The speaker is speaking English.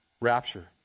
rapture